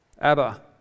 abba